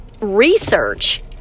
research